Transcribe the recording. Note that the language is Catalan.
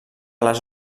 les